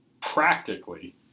Practically